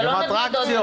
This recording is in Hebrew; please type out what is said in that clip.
הן אטרקציות.